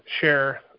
share